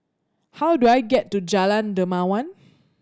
how do I get to Jalan Dermawan